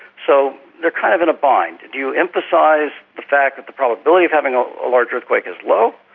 so they are kind of in a bind do you emphasise the fact that the probability of having a large earthquake is low,